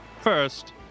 First